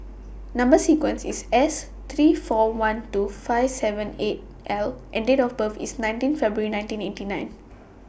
Number sequence IS S three four one two five seven eight L and Date of birth IS nineteen February nineteen eighty nine